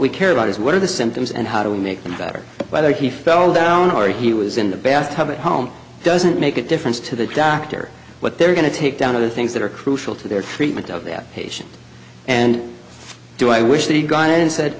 we care about is what are the symptoms and how do we make them better either he fell down or he was in the bath tub at home doesn't make a difference to the doctor what they're going to take down of the things that are crucial to their treatment of that patient and do i wish he'd gone in and said